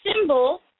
symbol